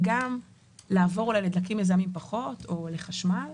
ולעבור לדלקים מזהמים פחות או לחשמל.